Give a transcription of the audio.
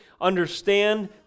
understand